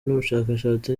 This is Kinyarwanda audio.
n’ubushakashatsi